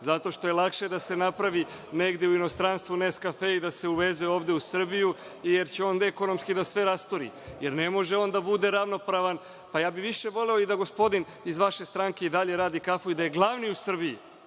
Zato što je lakše da se napravi negde u inostranstvu Neskafe i da se uveze ovde u Srbiju, jer će onda ekonomski da sve rasturi, jer ne može on da bude ravnopravan. Ja bih više voleo i da gospodin iz vaše stranke i dalje radi kafu i da je glavni u Srbiji.